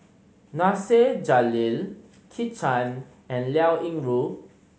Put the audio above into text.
Nasir Jalil Kit Chan and Liao Yingru